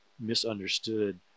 misunderstood